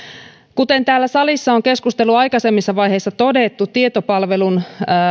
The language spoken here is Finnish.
kuten täällä salissa on keskustelun aikaisemmissa vaiheissa todettu tietopalvelun